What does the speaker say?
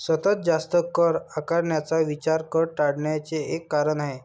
सतत जास्त कर आकारण्याचा विचार कर टाळण्याचे एक कारण आहे